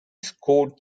scored